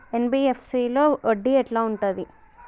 NBFC లో వడ్డీ ఎట్లా ఉంటది?